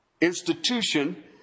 institution